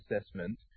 assessment